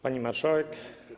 Pani Marszałek!